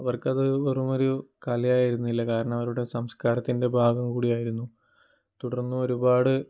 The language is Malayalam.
അവർക്ക് അത് വെറും ഒരു കല ആയിരുന്നില്ല കാരണം അവരുടെ സംസ്കാരത്തിൻ്റെ ഭാഗം കൂടി ആയിരുന്നു തുടർന്നു ഒരുപാട്